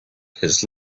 his